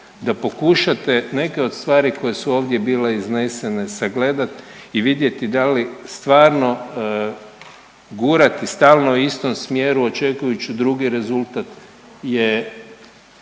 da pokušate neke od stvari koje su ovdje bile iznesene sagledati i vidjeti da li stvarno gurati stalno u istom smjeru očekujući drugi rezultat je